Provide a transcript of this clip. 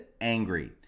angry